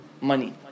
money